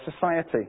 society